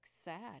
sad